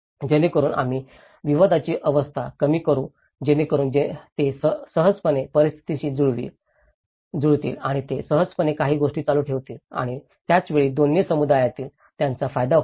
जेणेकरून आम्ही विवादाची अवस्था कमी करू जेणेकरून ते सहजपणे परिस्थितीशी जुळतील आणि ते सहजपणे काही गोष्टी चालू ठेवू शकतील आणि त्याच वेळी दोन्ही समुदायासाठी त्याचा फायदा होईल